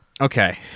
Okay